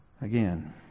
again